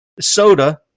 soda